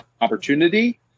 opportunity